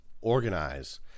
organize